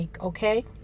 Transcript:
Okay